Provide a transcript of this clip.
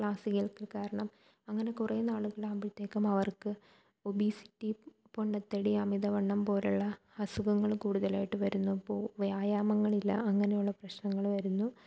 class കേൾക്കൽ കാരണം അങ്ങനെ കുറെ നാളുകൾ ആകുമ്പോഴത്തേക്കും അവർക്ക് ഒബിസിറ്റി പൊണ്ണത്തടി അമിതവണ്ണം പോലുള്ള അസുഖങ്ങൾ കൂടുതലായിട്ട് വരുന്നു അപ്പോൾ വ്യായാമങ്ങളില്ല അങ്ങനെയുള്ള പ്രശ്നങ്ങൾ വരുന്നു